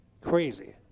Crazy